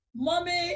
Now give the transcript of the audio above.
Mommy